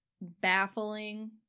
baffling